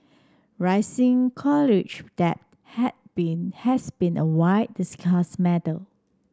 rising college debt had been has been a wide discussed matter